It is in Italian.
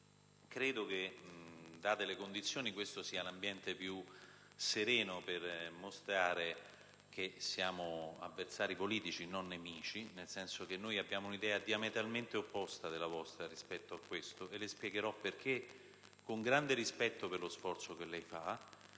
Credo che, date le condizioni, questo sia l'ambiente più sereno per mostrare che siamo avversari politici, non nemici, signora Ministro, nel senso che abbiamo un'idea diametralmente opposta alla vostra rispetto a questo e le spiegherò perché, con grande rispetto per lo sforzo che compie;